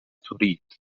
تريد